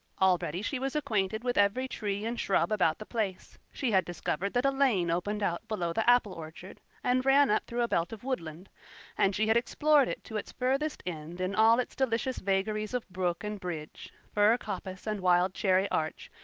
already she was acquainted with every tree and shrub about the place. she had discovered that a lane opened out below the apple orchard and ran up through a belt of woodland and she had explored it to its furthest end in all its delicious vagaries of brook and bridge, fir coppice and wild cherry arch,